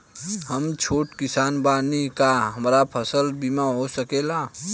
हम छोट किसान बानी का हमरा फसल बीमा हो सकेला?